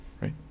Right